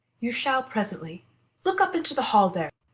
you shall presently look up into the hall there,